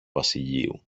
βασιλείου